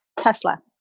Tesla